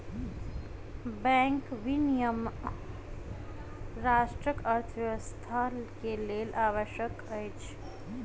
bank विनियमन राष्ट्रक अर्थव्यवस्था के लेल आवश्यक अछि